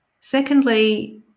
Secondly